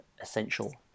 essential